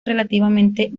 relativamente